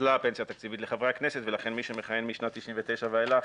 בוטלה הפנסיה התקציבית לחברי הכנסת ולכן מי שמכהן משנת 99' ואילך